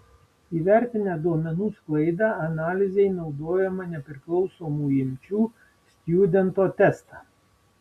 įvertinę duomenų sklaidą analizei naudojome nepriklausomų imčių stjudento testą